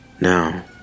now